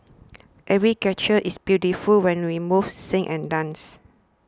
every gesture is beautiful when we move sing and dance